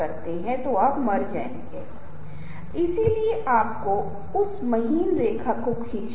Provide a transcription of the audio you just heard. भाषा और संचार प्रेरक भाषा का अर्थ आलंकारिक भाषा होता है भावनात्मक भाषा भी तार्किक भाषा जो दोनों पक्षों को दिखाती है